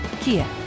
Kia